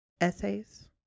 essays